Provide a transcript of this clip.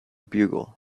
bugle